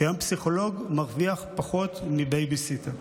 כי היום פסיכולוג מרוויח פחות מבייביסיטר.